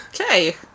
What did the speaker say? Okay